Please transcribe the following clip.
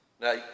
Now